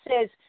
says